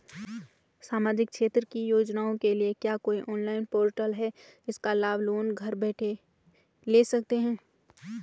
सामाजिक क्षेत्र की योजनाओं के लिए क्या कोई ऑनलाइन पोर्टल है इसका लाभ लोग घर बैठे ले सकते हैं?